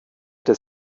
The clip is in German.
des